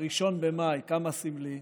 ב-1 במאי, כמה סמלי,